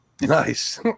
Nice